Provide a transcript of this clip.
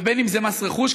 ובין אם זה מס רכוש,